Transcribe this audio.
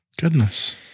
Goodness